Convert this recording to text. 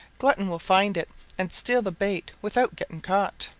glutton will find it and steal the bait without getting caught.